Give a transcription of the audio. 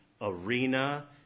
arena